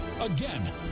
Again